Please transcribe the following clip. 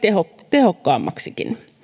tehokkaammaksikin